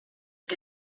que